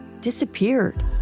disappeared